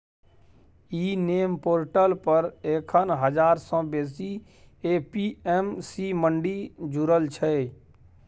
इ NAM portal पर एखन हजार सँ बेसी ए.पी.एम.सी मंडी जुरल छै